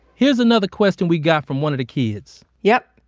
here's another question we got from one of the kids yep.